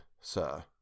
sir